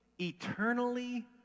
eternally